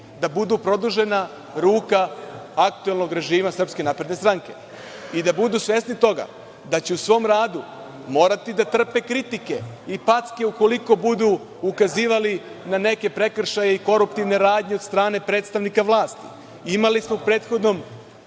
da budu produžena ruka aktuelnog režima SNS i da budu svesni toga da će u svom radu morati da trpe kritike i packe ukoliko budu ukazivali na neke prekršaje i koruptivne radnje od strane predstavnika vlasti. Imali smo u prethodnom